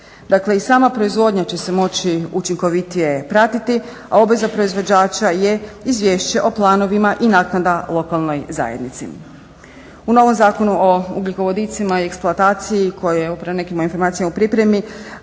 Dakle, i sama proizvodnja će se moći učinkovitije pratiti a obveza proizvođača je izvješće o planovima i naknada lokalnoj zajednici. U novom Zakonu o ugljikovodicima i eksploataciji koji je evo prema nekim podacima u pripremi